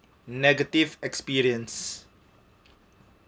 negative experience